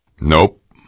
Nope